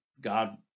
God